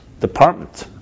department